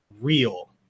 real